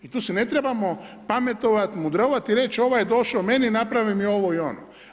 I tu se ne trebamo pametovati, mudrovat, i reći ovaj je došao meni, napravi mi ovo i ono.